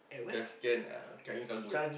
just scan Changi cargo